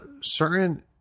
certain